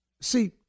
See